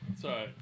sorry